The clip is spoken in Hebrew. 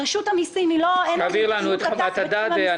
רשות המסים אין לה התמחות בתחום המסעדנות.